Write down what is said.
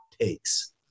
takes